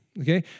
okay